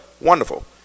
wonderful